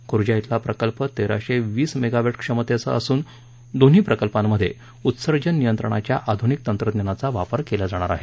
खुर्जा श्रुला प्रकल्प तेराशे वीस मेगावॅट क्षमतेचा असून दोन्ही प्रकल्पांमध्ये उत्सर्जन नियंत्रणाच्या आधुनिक तंत्रज्ञानाचा वापर केला जाणार आहे